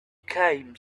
came